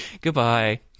Goodbye